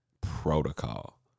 protocol